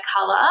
color